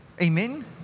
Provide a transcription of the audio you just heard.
Amen